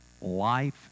life